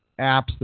apps